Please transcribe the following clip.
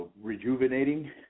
Rejuvenating